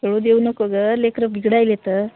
खेळू देऊ नको गं लेकर बिघडायलेतं